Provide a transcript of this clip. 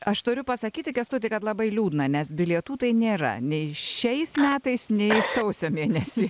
aš turiu pasakyti kęstuti kad labai liūdna nes bilietų tai nėra nei šiais metais nei sausio mėnesį